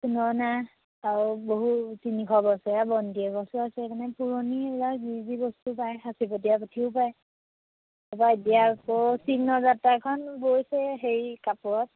সোণৰ নাও আৰু বহু তিনিশবছৰীয়া বন্তি এগছো আছে মানে পুৰণি এইবিলাক যি যি বস্তু পায় সাঁচিপতীয়া পুথিও পায় তাৰপৰা এতিয়া আকৌ চিহ্নযাত্ৰাখন বৈছে হেৰি কাপোৰত